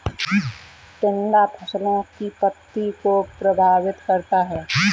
टिड्डा फसलों की पत्ती को प्रभावित करता है